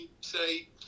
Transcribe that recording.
say